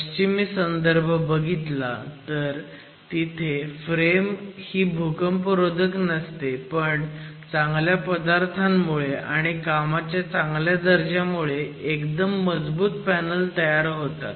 पश्चिमी संदर्भ बघितला तर तिथे फ्रेम ही भूकंपरोधक नसते पण चांगल्या पदार्थांमुळे आणि कामाच्या चांगल्या दर्जामुळे एकदम मजबूत पॅनल तयार होतात